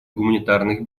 гуманитарных